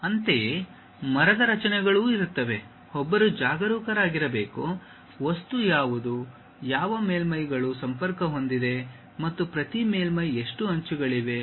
ಅಂತೆಯೇ ಮರದ ರಚನೆಗಳು ಇರುತ್ತವೆ ಒಬ್ಬರು ಜಾಗರೂಕರಾಗಿರಬೇಕು ವಸ್ತು ಯಾವುದು ಯಾವ ಮೇಲ್ಮೈಗಳು ಸಂಪರ್ಕ ಹೊಂದಿವೆ ಮತ್ತು ಪ್ರತಿ ಮೇಲ್ಮೈ ಎಷ್ಟು ಅಂಚುಗಳಿವೆ